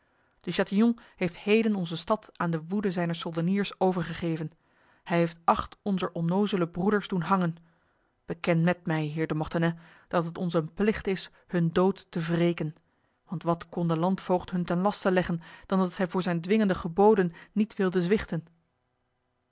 de chatillon heeft heden onze stad aan de woede zijner soldeniers overgegeven hij heeft acht onzer onnozele broeders doen hangen beken met mij heer de mortenay dat het ons een plicht is hun dood te wreken want wat kon de landvoogd hun ten laste leggen dan dat zij voor zijn dwingende geboden niet wilden zwichten